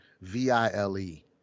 V-I-L-E